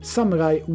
Samurai